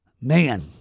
Man